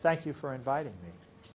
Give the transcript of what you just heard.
thank you for inviting m